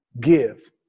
give